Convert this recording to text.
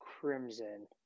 crimson